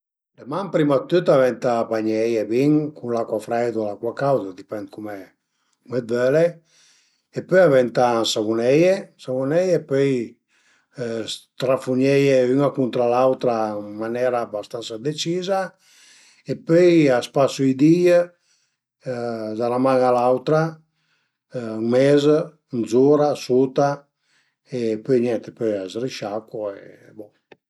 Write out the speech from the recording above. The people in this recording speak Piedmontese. Le man prima dë tüt ëntà bagneie bin cun l'acua freida o l'acua cauda a dipend cume völe e pöi ëntà savuneie, savuneie, pöi strafugneie üna cuntra l'autra ën manera bastansa deciza e pöi a spasu i di-i da 'na man a l'autra, ën mes, ën zura, suta e pöi niente, pöi a së risciacua e bon